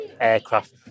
Aircraft